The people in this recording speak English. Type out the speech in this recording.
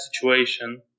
situation